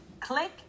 Click